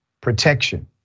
protection